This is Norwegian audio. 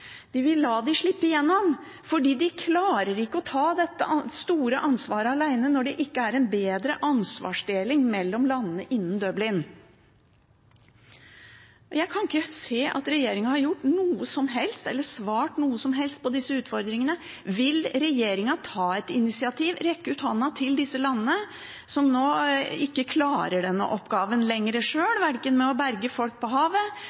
de vil la dem slippe gjennom – fordi de ikke klarer å ta dette store ansvaret alene, når det ikke er en bedre ansvarsdeling mellom landene innenfor Dublin-avtalen. Jeg kan ikke se at regjeringen har gjort noe som helst med, eller svart noe som helst på, disse utfordringene. Vil regjeringen ta et initiativ, rekke ut handa til disse landene – som nå ikke lenger klarer denne oppgaven sjøl, verken å berge folk på havet